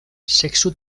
sexu